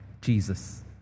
Jesus